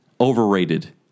overrated